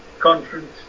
Conference